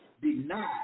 denied